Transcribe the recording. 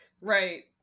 Right